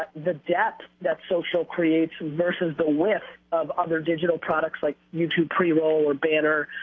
the depth that social creates versus the width of other digital products like youtube pre-roll, or banner,